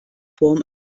form